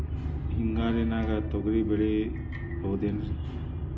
ಹಿಂಗಾರಿನ್ಯಾಗ ತೊಗ್ರಿ ಬೆಳಿಬೊದೇನ್ರೇ?